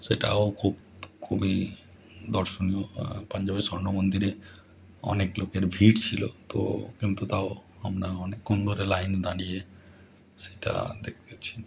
সেটাও খুব খুবই দর্শনীয় পাঞ্জাবের স্বর্ণ মন্দিরে অনেক লোকের ভিড় ছিল তো কিন্তু তাও আমরা অনেকক্ষণ ধরে লাইনে দাঁড়িয়ে সেটা দেখেছি